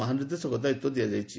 ମହାନିର୍ଦ୍ଦେଶକ ଦାୟିତ୍ୱ ଦିଆଯାଇଛି